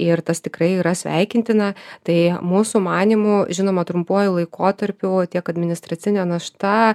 ir tas tikrai yra sveikintina tai mūsų manymu žinoma trumpuoju laikotarpiu va tiek administracinė našta